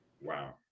Wow